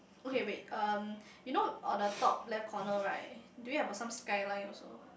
okay wait um you know on the top left corner right do we have a some skyline also